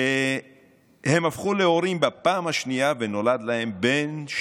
הם הפכו להורים בפעם השנייה ונולד להם בן,